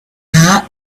night